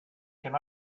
can